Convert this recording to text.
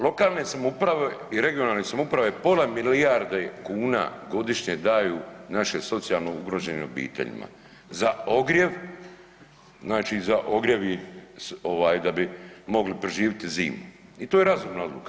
Lokalne samouprave i regionalne samouprave pola milijarde kuna godišnje daju našim socijalno ugroženim obiteljima za ogrjev, znači za ogrjev i ovaj da bi mogli preživiti zimu i to je razumna odluka.